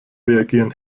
reagieren